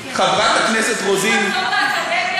אולי צריך לחזור לאקדמיה,